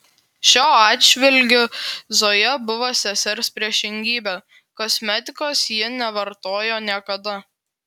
šiuo atžvilgiu zoja buvo sesers priešingybė kosmetikos ji nevartojo niekada